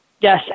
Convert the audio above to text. Yes